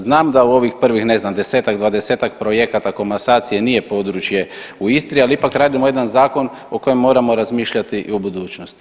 Znam da u ovih prvih ne znam desetak, dvadesetak projekata komasacije nije područje u Istri ali ipak radimo jedan zakon o kojem moramo razmišljati i u budućnosti.